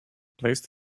placed